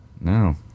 No